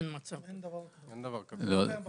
לא קיים בחוק.